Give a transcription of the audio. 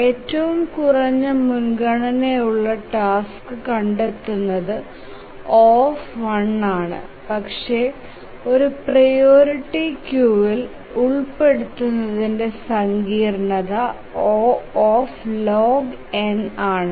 ഏറ്റവും കുറഞ്ഞ മുൻഗണനയുള്ള ടാസ്ക് കണ്ടെത്തുന്നത് O ആണ് പക്ഷേ ഒരു പ്രിയോറിറ്റി ക്യൂവിൽ ഉൾപ്പെടുത്തുന്നതിന്റെ സങ്കീർണ്ണത O ആണ്